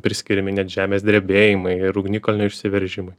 priskiriami net žemės drebėjimai ir ugnikalnio išsiveržimai